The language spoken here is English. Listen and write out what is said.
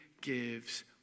gives